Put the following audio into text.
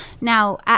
Now